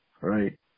Right